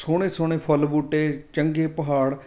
ਸੋਹਣੇ ਸੋਹਣੇ ਫੁੱਲ ਬੂਟੇ ਚੰਗੇ ਪਹਾੜ